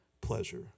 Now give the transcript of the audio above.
pleasure